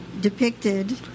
depicted